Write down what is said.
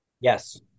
Yes